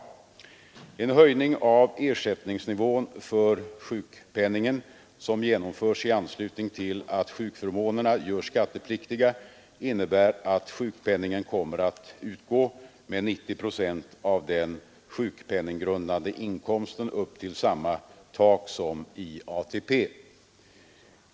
Den höjning av ersättningsnivån för sjukpenningen som genomförs i anslutning till att sjukförmånerna görs skattepliktiga innebär att sjukpenningen kommer att utgå med 90 procent av den sjukpenninggrundande inkomsten upp till samma tak som i ATP.